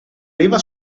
leva